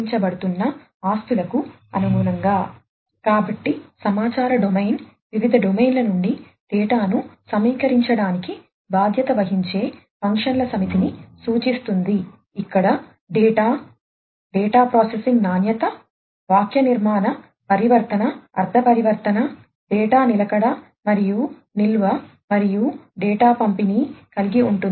functional domain వివిధ డొమైన్ల నుండి డేటాను సమీకరించటానికి డేటాను మార్చడానికి సిస్టమ్లోని డేటాను కొనసాగించడానికి మరియు డేటాను మోడలింగ్ చేయడానికి మరియు విశ్లేషించడానికి బాధ్యత వహించే ఫంక్షన్ల సమితిని సూచిస్తుంది